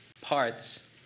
parts